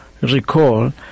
recall